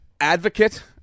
advocate